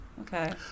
Okay